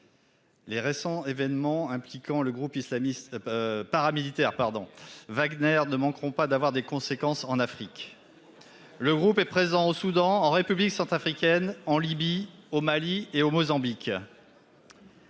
les récents événements impliquant le groupe paramilitaire Wagner ne manqueront pas d'avoir des conséquences en Afrique. Le groupe est présent au Soudan, en République centrafricaine, en Libye, au Mali et au Mozambique.